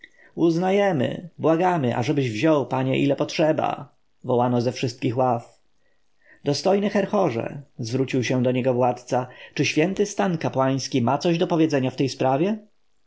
uznajemy błagamy ażebyś wziął panie ile potrzeba wołano ze wszystkich ław dostojny herhorze zwrócił się do niego władca czy święty stan kapłański ma coś do powiedzenia w tej sprawie